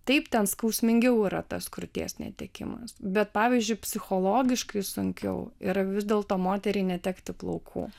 taip ten skausmingiau yra tas krūties netekimas bet pavyzdžiui psichologiškai sunkiau yra vis dėl to moteriai netekti plaukų